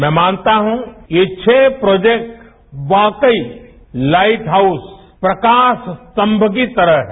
मैं मानता हूं ये छह प्रोजेक्ट वाकईलाइट हाउस प्रकाश स्तम्भ की तरह हैं